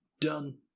Done